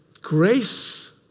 Grace